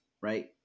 right